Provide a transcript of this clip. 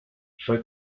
fue